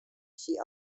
she